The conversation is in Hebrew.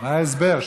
מה ההסבר?